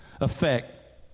effect